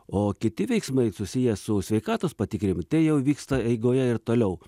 o kiti veiksmai susiję su sveikatos patikrinimu tai jau vyksta eigoje ir toliau